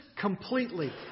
completely